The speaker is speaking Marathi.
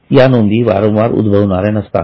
या नोंदी वारंवार उद्भवणाऱ्या नसतात